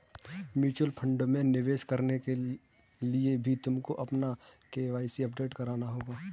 mutual fund में निवेश करने के लिए भी तुमको अपना के.वाई.सी अपडेट कराना होगा